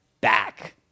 back